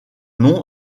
nom